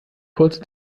kurze